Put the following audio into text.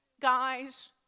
Guys